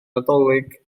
nadolig